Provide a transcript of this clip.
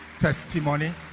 testimony